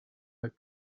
that